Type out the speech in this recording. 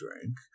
drink